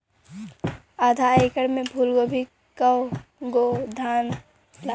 आधा एकड़ में फूलगोभी के कव गो थान लागी?